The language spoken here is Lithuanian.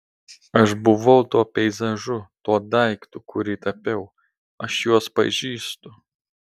aš buvau tuo peizažu tuo daiktu kurį tapiau aš juos pažįstu